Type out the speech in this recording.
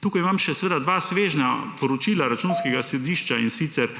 Tukaj imam seveda še dva svežnja poročila Računskega sodišča, in sicer